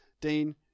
Dean